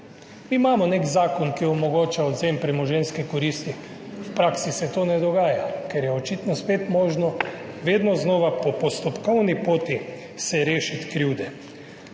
Mi imamo nek zakon, ki omogoča odvzem premoženjske koristi, v praksi se to ne dogaja, ker se je očitno spet možno vedno znova po postopkovni poti rešiti krivde.